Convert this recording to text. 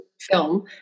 film